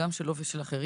אם לא נכניס הגדרה